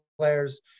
players